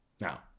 Now